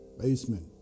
Basement